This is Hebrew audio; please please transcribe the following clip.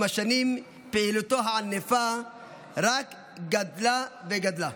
עם השנים פעילותו הענפה רק גדלה וגדלה.